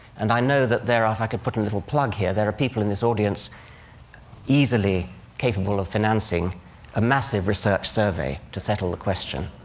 and i know that there are if i could put a little plug here there are people in this audience easily capable of financing a massive research survey to settle the question,